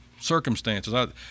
circumstances